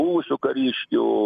buvusių kariškių